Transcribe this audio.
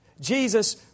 Jesus